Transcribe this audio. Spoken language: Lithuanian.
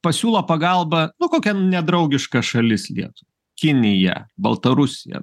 pasiūlo pagalbą nu kokia nedraugiška šalis lietuv kinija baltarusija